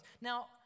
Now